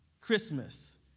Christmas